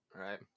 right